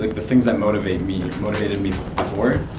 the things that motivate me, motivated me from before,